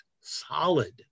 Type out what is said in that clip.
solid